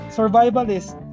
survivalist